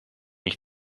ich